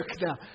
now